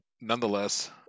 nonetheless